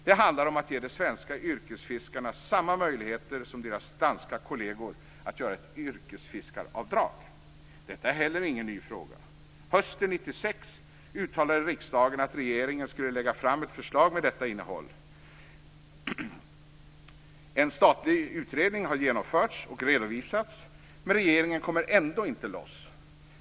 Det handlar om att ge de svenska yrkesfiskarna samma möjligheter som deras spanska kolleger att göra ett yrkesfiskaravdrag. Detta är inte heller någon ny fråga. Hösten 1996 uttalade riksdagen att regeringen skulle lägga fram ett förslag med detta innehåll. En statlig utredning har genomförts och redovisats. Men regeringen kommer ändå inte loss.